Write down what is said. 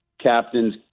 captains